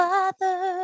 Father